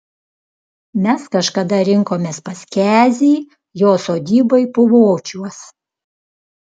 mes kažkada rinkomės pas kezį jo sodyboj puvočiuos